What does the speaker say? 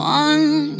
one